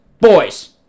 boys